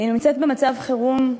היא נמצאת במצב חירום,